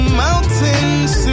mountains